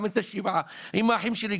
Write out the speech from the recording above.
גם את השבעה עם האחים שלי.